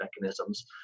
mechanisms